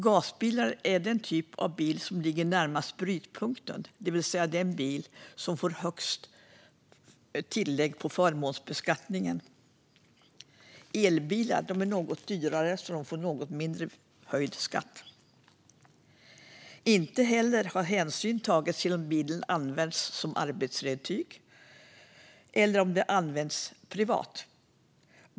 Gasbilar är den typ av bil som ligger närmast brytpunkten, det vill säga den bil som får högst tillägg på förmånsbeskattningen. Elbilar är något dyrare, så de får något mindre höjd skatt. Inte heller har hänsyn tagits till om bilen används som arbetsredskap eller om den används privat.